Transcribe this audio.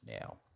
Now